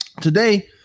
today